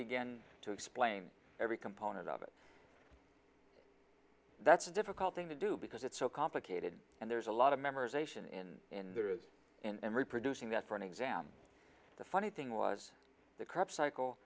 begin to explain every component of it that's a difficult thing to do because it's so complicated and there's a lot of memorization and in there is and reproducing that for an exam the funny thing was the crap cycle